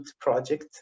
project